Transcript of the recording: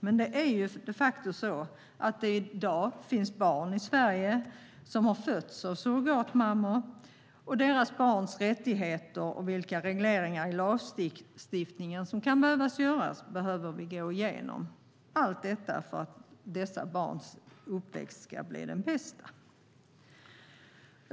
Men de facto finns i dag barn i Sverige som har fötts av surrogatmammor, och dessa barns rättigheter och vilka regleringar som behövs i lagstiftningen behöver vi gå igenom. Allt detta ska ske för att barnens uppväxt ska bli den bästa.